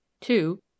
Two